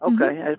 Okay